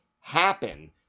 happen